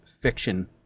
fiction